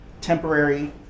Temporary